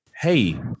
Hey